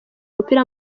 mupira